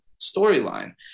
storyline